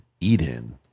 eden